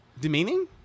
Demeaning